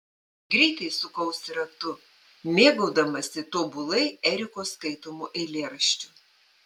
greitai sukausi ratu mėgaudamasi tobulai eriko skaitomu eilėraščiu